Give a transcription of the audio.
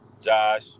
Josh